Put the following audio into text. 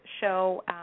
show